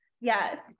Yes